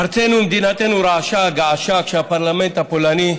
ארצנו ומדינתנו רעשה געשה כשהפרלמנט הפולני,